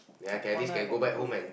corner I got people